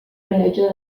rellotge